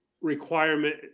requirement